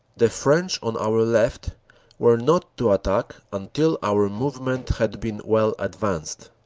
the french on our left were not to attack until our move ment had been well advanced.